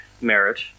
merit